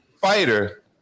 fighter